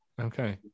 okay